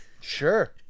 Sure